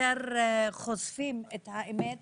יותר חושפים את האמת